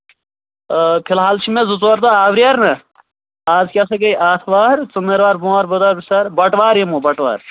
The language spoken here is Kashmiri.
فِلحال چھِ مےٚ زٕ ژور دۄہ آوریر نہ آز کیٛاہ سا گٔے آتھوار ژٔنٛدٕروار بوٚموار بودروار برٛٮ۪سوار بَٹوار یِمو بَٹوار